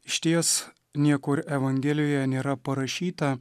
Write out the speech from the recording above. išties niekur evangelijoje nėra parašyta